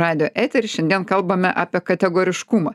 radijo etery šiandien kalbame apie kategoriškumą